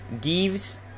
gives